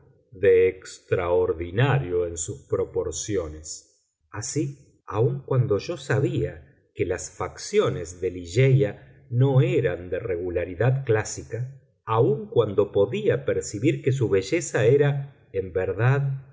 de extraordinario en sus proporciones así aun cuando yo sabía que las facciones de ligeia no eran de regularidad clásica aun cuando podía percibir que su belleza era en verdad